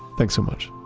thanks so much